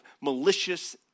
malicious